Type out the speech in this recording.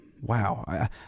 wow